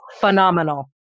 Phenomenal